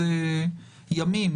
אלו ימים.